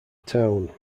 town